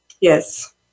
Yes